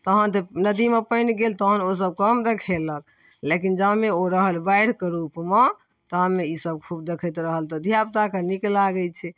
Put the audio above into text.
तहन नदीमे पानि गेल तहन ओसब कम देखेलक लेकिन जामे ओ रहल बाढ़िके रूपमे तामे ईसब खूब देखाएत रहल धिआपुताके नीक लागै छै